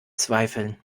zweifeln